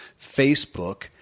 Facebook